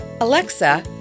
Alexa